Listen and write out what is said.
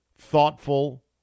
thoughtful